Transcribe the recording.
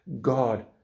God